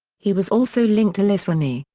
he was also linked to liz renay,